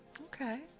Okay